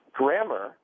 grammar